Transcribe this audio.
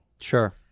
Sure